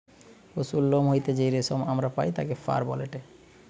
পশুর লোম হইতে যেই রেশম আমরা পাই তাকে ফার বলেটে